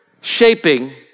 shaping